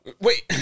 Wait